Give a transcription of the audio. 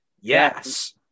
Yes